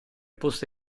posta